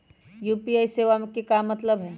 UPI सेवा के का मतलब है?